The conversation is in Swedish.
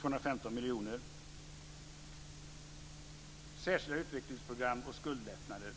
215 miljoner, liksom särskilda utvecklingsprogram och skuldlättnader.